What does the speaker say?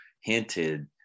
hinted